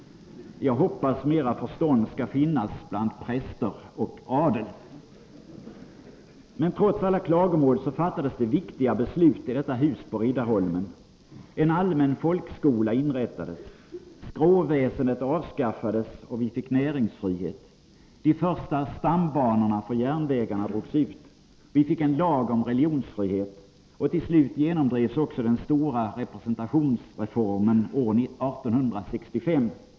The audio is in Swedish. Jag hoppas mera förstånd skall finnas bland präster och adel.” Men trots alla klagomål fattades det viktiga beslut i detta hus på Riddarholmen. En allmän folkskola inrättades, skråväsendet avskaffades, och vi fick näringsfrihet. De första stambanorna för järnvägarna drogs ut. Vi fick en lag om religionsfrihet, och till slut genomdrevs också den stora representationsreformen år 1865.